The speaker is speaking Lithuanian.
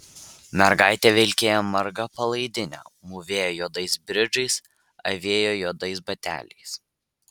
mergaitė vilkėjo marga palaidine mūvėjo juodais bridžais avėjo juodais bateliais